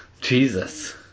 Jesus